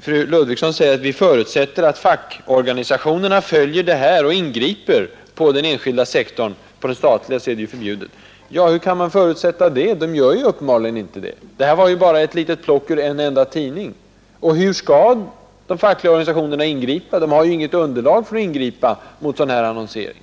Fru Ludvigsson förutsätter att fackorganisationerna följer den här frågan, och ingriper på den enskilda sektorn — på den statliga är ju annonsdiskriminering förbjuden. Men hur kan man förutsätta det? De gör ju uppenbarligen inte så: det här var bara ett litet plock ur en enda tidning. Och hur skall de fackliga organisationerna ingripa? De har inget underlag för att ingripa mot en sådan här annonsering.